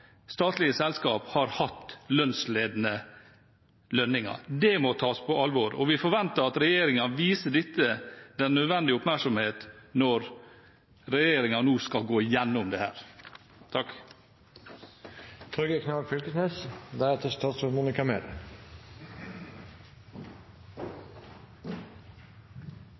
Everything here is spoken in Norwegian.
statlige selskap har hatt lønnsledende lønninger. Det må tas på alvor, og vi forventer at regjeringen viser dette den nødvendige oppmerksomhet når regjeringen nå skal gå igjennom